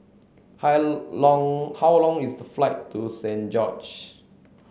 hi long how long is the flight to Saint George's